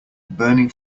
burning